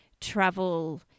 travel